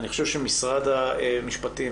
אני חושב שמשרד המשפטים,